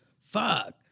Fuck